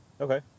Okay